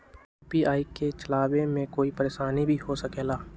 UPI के चलावे मे कोई परेशानी भी हो सकेला?